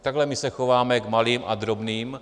Tak takhle my se chováme k malým a drobným.